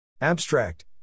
Abstract